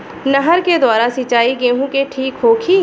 नहर के द्वारा सिंचाई गेहूँ के ठीक होखि?